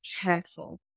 careful